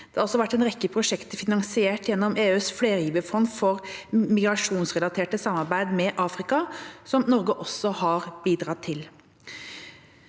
Det har også vært en rekke prosjekter finansiert gjennom EUs flergiverfond for migrasjonsrelaterte samarbeid med Afrika som Norge også har bidratt til.